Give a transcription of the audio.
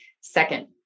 Second